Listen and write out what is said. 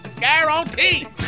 guarantee